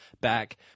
back